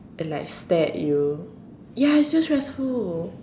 and like stare at you ya it's still stressful